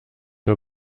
nur